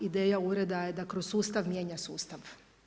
Ideja ureda je da kroz sustav mijenja sustav.